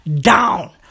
Down